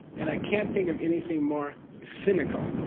and i can't think of anything more cynical,